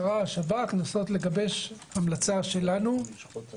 אסורה כניסה עם נשק חם או קר,